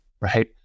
right